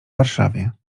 warszawie